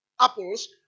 apples